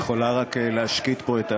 אם את יכולה רק להשקיט פה את,